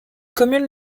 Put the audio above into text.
commune